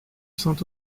saint